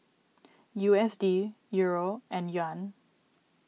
U S D Euro and Yuan